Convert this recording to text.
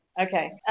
Okay